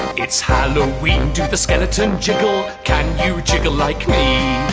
it's halloween, do the skeleton jiggle. can you jiggle like me?